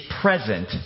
present